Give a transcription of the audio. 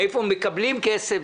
מאיפה מקבלים כסף.